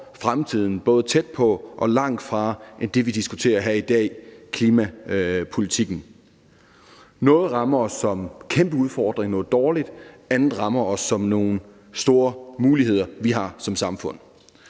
fremtiden, både tæt på og langt væk, end det, vi diskuterer her i dag, nemlig klimapolitikken. Noget rammer os som en kæmpe udfordring, og noget er dårligt, andet rammer os som nogle store muligheder, vi har som samfund.